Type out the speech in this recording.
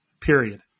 Period